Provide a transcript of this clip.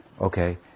Okay